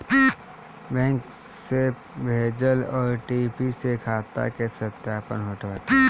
bank से भेजल OTP से खाता के सत्यापन होत बाटे